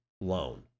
loan